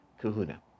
kahuna